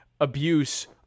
Abuse